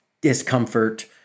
discomfort